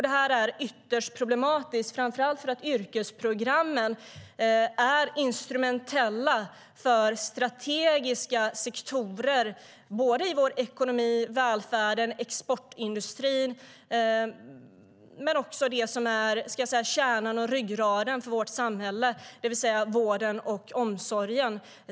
Det är ytterst problematiskt, framför allt för att yrkesprogrammen är instrumentella för strategiska sektorer såväl i vår ekonomi och välfärd som i exportindustrin - och även i det som är kärnan och ryggraden i vårt samhälle, det vill säga vården och omsorgen.